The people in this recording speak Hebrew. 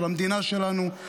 של המדינה שלנו,